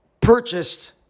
purchased